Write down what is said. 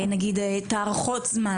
נגיד את הארכות זמן,